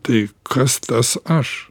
tai kas tas aš